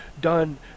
done